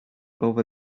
over